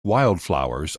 wildflowers